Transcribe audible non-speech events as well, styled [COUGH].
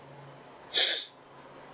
[NOISE]